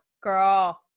Girl